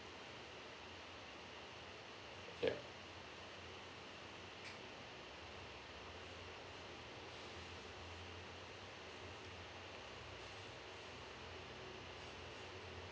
yup